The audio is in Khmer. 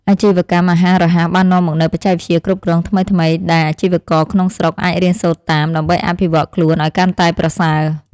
អាជីវកម្មអាហាររហ័សបាននាំមកនូវបច្ចេកវិទ្យាគ្រប់គ្រងថ្មីៗដែលអាជីវករក្នុងស្រុកអាចរៀនសូត្រតាម ដើម្បីអភិវឌ្ឍខ្លួនឲ្យកាន់តែប្រសើរ។